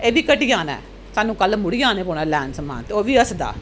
एह् बी घटी जाना ऐ सानूं कल्ल मुड़ियै औने पौना ऐ लैन समान ते ओह् बी हसदा